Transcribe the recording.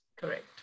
Correct